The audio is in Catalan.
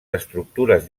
estructures